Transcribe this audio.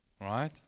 Right